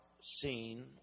seen